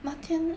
那天